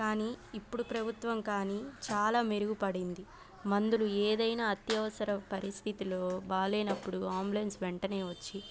కానీ ఇప్పుడు ప్రభుత్వం కానీ చాలా మెరుగుపడింది మందులు ఏదైనా అత్యవసర పరిస్థితుల్లో బాగోలేనప్పుడు అంబ్యలెన్స్ వెంటనే వచ్చి